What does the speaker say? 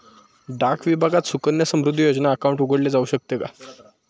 डाक विभागात सुकन्या समृद्धी योजना अकाउंट उघडले जाऊ शकते का?